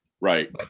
Right